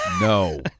no